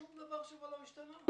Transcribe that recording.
שום דבר לא השתנה.